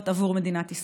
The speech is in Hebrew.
גם בהצעה שלי תתמוך?